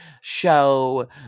show